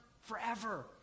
forever